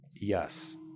Yes